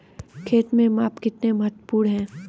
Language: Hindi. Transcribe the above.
खेत में माप कितना महत्वपूर्ण है?